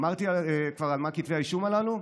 אמרתי כבר על מה כתבי האישום הללו?